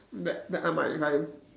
that that I might if I